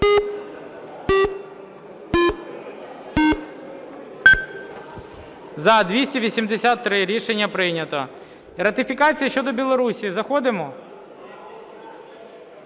За-283 Рішення прийнято. Ратифікація щодо Білорусії. Заходимо?